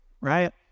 right